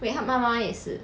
wait 他的妈妈也是